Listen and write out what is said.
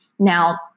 Now